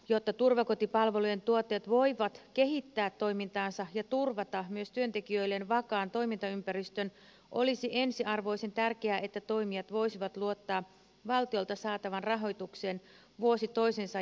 jotta turvakotipalvelujen tuottajat voivat kehittää toimintaansa ja turvata myös työntekijöilleen vakaan toimintaympäristön olisi ensiarvoisen tärkeää että toimijat voisivat luottaa valtiolta saatavaan rahoitukseen vuosi toisensa jälkeen